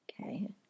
okay